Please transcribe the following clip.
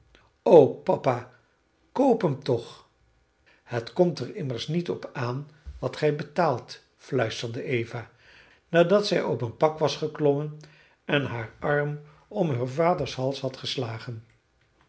koop hem toch het komt er immers niet opaan wat gij betaalt fluisterde eva nadat zij op een pak was geklommen en haar arm om heur vaders hals had geslagen